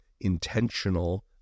intentional